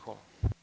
Hvala.